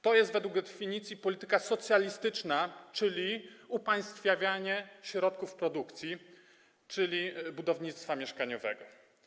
To jest według definicji polityka socjalistyczna, czyli upaństwawianie środków produkcji, budownictwa mieszkaniowego.